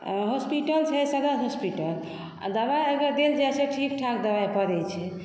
hospital छै सदर hospital आ दबाइ एहिमे देल जाइ छै ठीक ठाक दबाइ परै छै